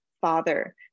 Father